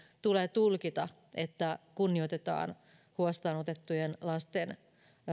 tulee tulkita että kunnioitetaan huostaan otettujen lasten